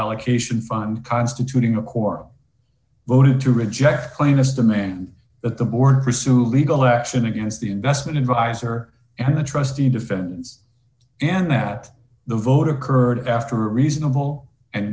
allocation fund constituting a core voted to reject plaintiff demand that the board pursue legal action against the investment adviser and the trustee defends in that the vote occurred after reasonable and